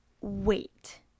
wait